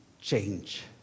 change